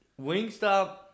Wingstop